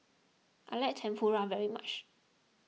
I like Tempura very much